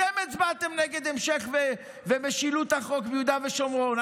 אתם הצבעתם נגד המשך ומשילות החוק ביהודה ושומרון.